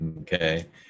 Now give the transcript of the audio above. Okay